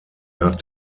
nach